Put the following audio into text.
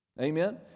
Amen